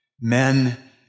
Men